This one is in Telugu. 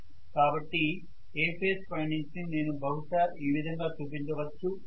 కాబట్టి A ఫేజ్ వైండింగ్స్ ని నేను బహుశా ఈ విధంగా చూపించవచ్చు